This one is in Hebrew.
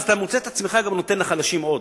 ואז אתה מוצא את עצמך גם נותן לחלשים עוד,